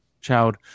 Child